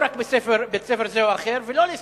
ולא רק בבית-ספר זה או אחר,